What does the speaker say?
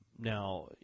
Now